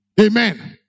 amen